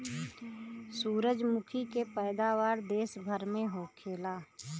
सूरजमुखी के पैदावार देश भर में होखेला